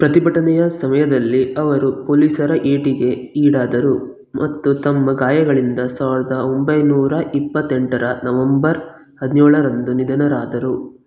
ಪ್ರತಿಭಟನೆಯ ಸಮಯದಲ್ಲಿ ಅವರು ಪೊಲಿಸರ ಏಟಿಗೆ ಈಡಾದರು ಮತ್ತು ತಮ್ಮ ಗಾಯಗಳಿಂದ ಸಾವಿರದ ಒಂಬೈನೂರ ಇಪ್ಪತ್ತೆಂಟರ ನವೆಂಬರ್ ಹದಿನೇಳರಂದು ನಿಧನರಾದರು